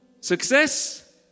success